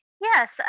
Yes